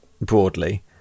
broadly